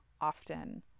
often